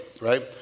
right